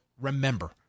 remember